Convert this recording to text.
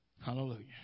Hallelujah